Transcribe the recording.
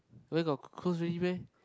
where got close already meh